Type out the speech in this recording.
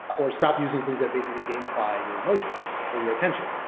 or stop using things that basically gamify your emotions or your attention.